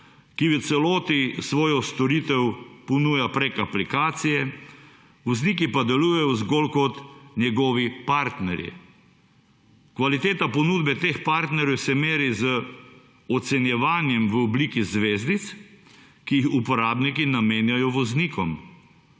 ki v celoti svojo storitev ponuja preko aplikacije, vozniki pa delujejo zgolj kot njegovi partnerji. Kvaliteta ponudbe teh partnerjev se meri z ocenjevanjem v obliki zvezdic, ki jih uporabniki namenjajo voznikom.